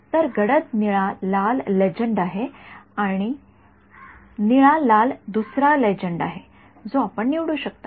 तर गडद निळा लाल लेजंड आहे निळा लाल दुसरा लेजंड आहे जो आपण निवडू शकतो